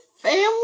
family